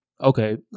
okay